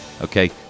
okay